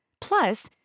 Plus